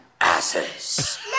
asses